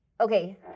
Okay